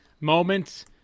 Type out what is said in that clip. Moments